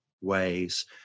ways